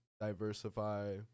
diversify